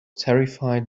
terrified